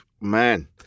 Man